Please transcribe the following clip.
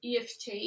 EFT